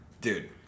Dude